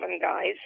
guys